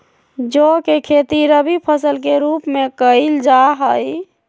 जौ के खेती रवि फसल के रूप में कइल जा हई